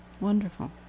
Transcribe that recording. Wonderful